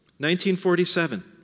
1947